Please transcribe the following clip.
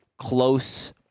close